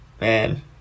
man